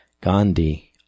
Gandhi